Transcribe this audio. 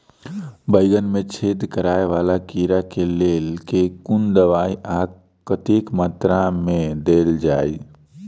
बैंगन मे छेद कराए वला कीड़ा केँ लेल केँ कुन दवाई आ कतेक मात्रा मे देल जाए?